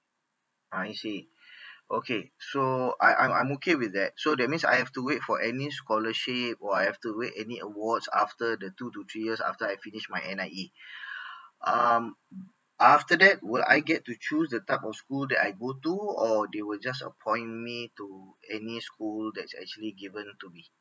I see okay so I'm I'm okay with that so that means I have to wait for any scholarship or I have to wait any awards after the two to three years after I finish my N_I_E um after that will I get to choose the type of school that I go to or they will just appoint me to any school that's actually given to me